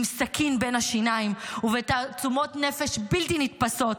עם סכין בין השיניים ובתעצומות נפש בלתי נתפסות,